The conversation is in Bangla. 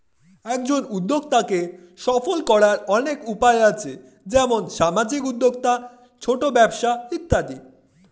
একজন উদ্যোক্তাকে সফল করার অনেক উপায় আছে, যেমন সামাজিক উদ্যোক্তা, ছোট ব্যবসা ইত্যাদি